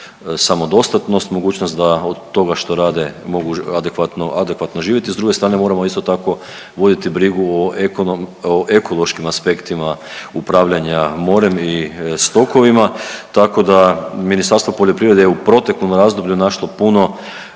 samodostatnost, mogućnost da od toga što rade mogu adekvatno živjeti, s druge strane, moramo isto tako, voditi brigu o ekološkim aspektima upravljanja morem i .../Govornik se ne razumije./..., tako da Ministarstvo poljoprivrede je u proteklom razdoblju našlo puno